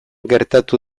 gertatu